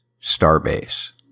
Starbase